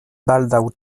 baldaŭ